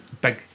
big